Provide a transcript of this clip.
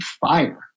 fire